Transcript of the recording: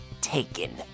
taken